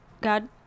God